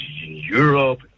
Europe